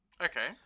Okay